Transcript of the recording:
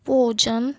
ਭੋਜਨ